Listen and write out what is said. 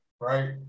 right